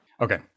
Okay